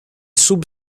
sub